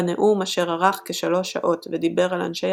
בנאום אשר ארך כ-3 שעות ודיבר על אנשי